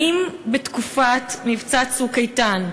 שאלותי: 1. האם בתקופת מבצע "צוק איתן"